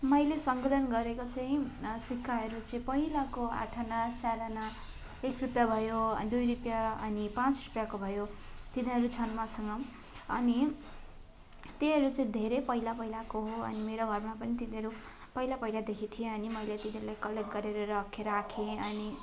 मैले सङ्कलन गरेको चाहिँ सिक्काहरू चाहिँ पहिलाको आठ आना चार आना एक रुपियाँ भयो अनि दुई रुपियाँ अनि पाँच रुपियाँको भयो तिनीहरू छन् मसँग अनि त्योहरू चाहिँ धेरै पहिला पहिलाको हो अनि मेरो घरमा पनि तिनीहरू पहिला पहिलादेखि थिए अनि मैले तिनीहरूलाई कलेक्ट गरेर राखेँ राखेँ अनि